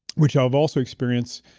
which i've also experienced.